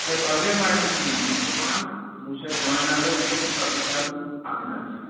ہے پتہٕ کتہِ مانکھ ژٕ میونٕے ژٕ وون بہٕ وٕچھٕ ہا چٲنۍ نظرا کیاہ چھِ پتہٕ وٕچھٕ ہا بہٕ پنٕنۍ نظرا کیاہ